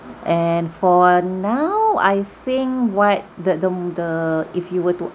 and for now I think what the the the if you were to